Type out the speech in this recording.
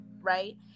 right